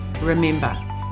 remember